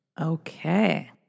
Okay